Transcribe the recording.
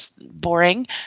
boring